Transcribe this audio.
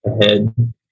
ahead